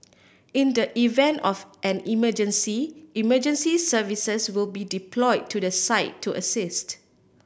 in the event of an emergency emergency services will be deployed to the site to assist